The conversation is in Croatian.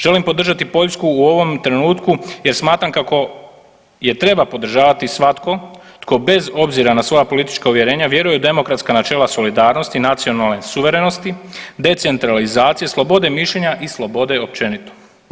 Želim podržati Poljsku u ovom trenutku jer smatram kako je treba podržavati svatko tko bez obzira na svoja politička uvjerenja vjeruje u demokratska načela solidarnosti i nacionalne suverenosti, decentralizacije, slobode mišljenja i slobode općenito.